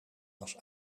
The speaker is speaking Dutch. was